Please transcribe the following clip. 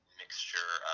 mixture